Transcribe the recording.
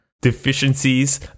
Deficiencies